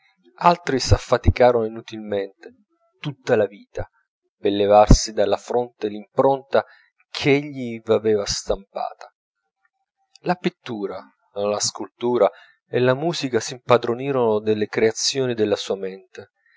altri s'affaticarono inutilmente tutta la vita per levarsi dalla fronte l'impronta ch'egli v'aveva stampata la pittura la scultura e la musica s'impadronirono delle creazioni della sua mente